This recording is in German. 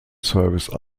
service